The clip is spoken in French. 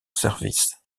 services